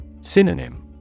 Synonym